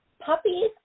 puppies